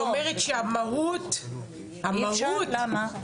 לא, כי היא אומרת שהמהות אי אפשר, למה?